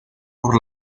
por